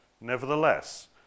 Nevertheless